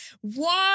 One